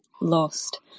lost